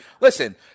listen